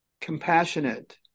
compassionate